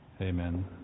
amen